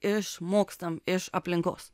išmokstam iš aplinkos